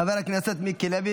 חבר הכנסת מיקי לוי,